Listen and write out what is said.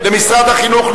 משרד החינוך.